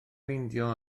meindio